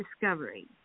discovery